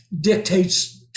dictates